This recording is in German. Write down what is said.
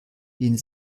den